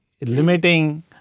limiting